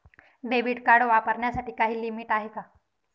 Debit card वापरण्यासाठी काही limit आहे का?